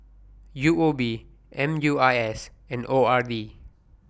U O B M U I S and O R B